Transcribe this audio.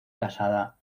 casada